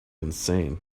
insane